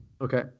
Okay